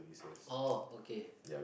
oh okay